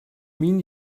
mean